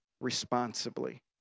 responsibly